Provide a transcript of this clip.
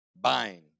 buying